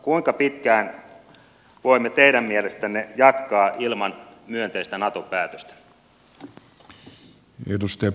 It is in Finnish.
kuinka pitkään voimme teidän mielestänne jatkaa ilman myönteistä nato päätöstä